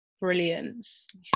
brilliance